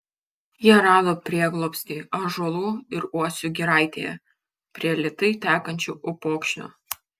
jie rado prieglobstį ąžuolų ir uosių giraitėje prie lėtai tekančio upokšnio